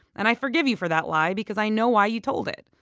and i forgive you for that lie because i know why you told it.